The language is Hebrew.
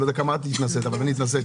אני לא יודע כמה את התנסית אבל אני התנסיתי,